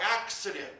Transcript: accident